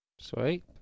Sweet